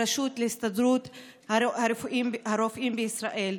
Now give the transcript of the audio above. הרשות להסתדרות הרופאים בישראל,